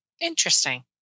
Interesting